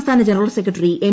സംസ്ഥാന general secretary M